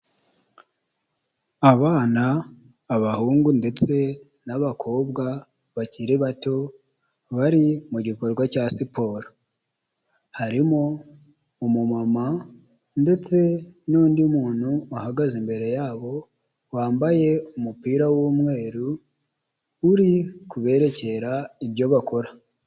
Abana, abahungu ndetse n'abakobwa bakiri bato bari mu gikorwa cya siporo, harimo umumama ndetse n'undi muntu uhagaze imbere yabo wambaye umupira w'umweru uri kubererekera ibyo bakora.